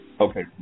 Okay